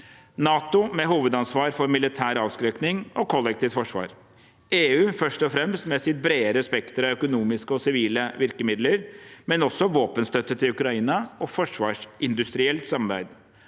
NATO med hovedansvar for militær avskrekking og kollektivt forsvar, EU først og fremst med sitt bredere spekter av økonomiske og sivile virkemidler, men også våpenstøtte til Ukraina og forsvarsindustrielt samarbeid.